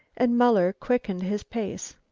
and muller quickened his pace.